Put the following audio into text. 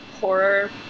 horror